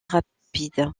rapide